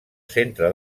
centre